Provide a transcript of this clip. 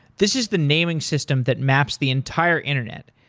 this is the naming system that maps the entire internet.